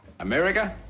America